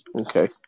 Okay